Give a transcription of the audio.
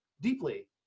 deeply